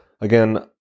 again